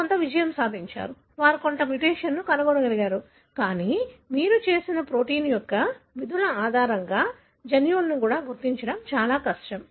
కొంత విజయం సాధించారు వారు కొంత మ్యుటేషన్ను కనుగొనగలిగారు కానీ మీకు తెలిసిన ప్రోటీన్ యొక్క విధుల ఆధారంగా జన్యువులను గుర్తించడం చాలా కష్టం